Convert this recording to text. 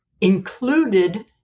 included